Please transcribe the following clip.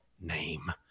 name